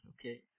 okay